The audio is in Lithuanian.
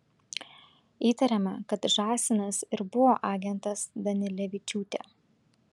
įtariama kad žąsinas ir buvo agentas danilevičiūtė